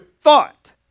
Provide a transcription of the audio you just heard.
thought